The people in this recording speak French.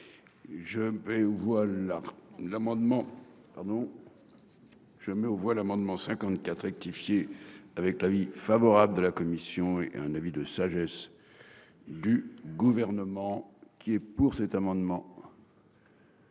Je mets aux voix l'amendement 54 rectifié avec l'avis favorable de la commission et un avis de sagesse. Du gouvernement qui est pour cet amendement.